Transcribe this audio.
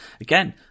again